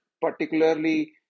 particularly